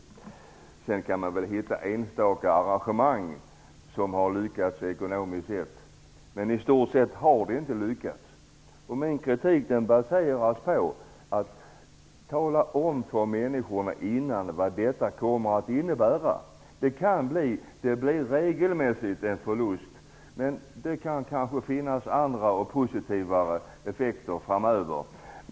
Man kan hitta enstaka arrangemang som har lyckats ekonomiskt sett, men i stort sett har det inte lyckats. Min kritik baseras på att jag tycker att man skall tala om för människorna vad detta kommer att innebära före OS. Det blir regelmässigt en förlust, men det kan kanske finnas andra och positivare effekter framöver.